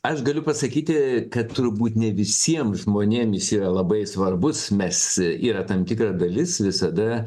aš galiu pasakyti kad turbūt ne visiems žmonėm jis yra labai svarbus mes yra tam tikra dalis visada